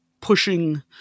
pushing